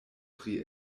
pri